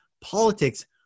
politics